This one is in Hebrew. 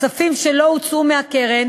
כספים שלא הוצאו מהקרן